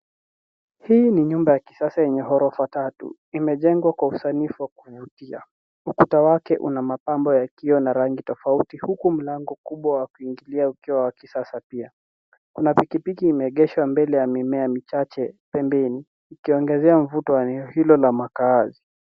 Hii ni nyumba ya kisasa yenye gorofa tatu. Imejengwa kwa usanifu wa kuvutia. Ukuta wake una mapambo ya kioo na rangi tofauti. Huku mlango mkubwa wa kuingilia ukiwa wa kisasa pia. Kuna pikipiki imeegeshwa mbele ya mimea michache pembeni ikiongezea mvuto wa eneo hilo la makaazi.